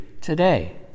today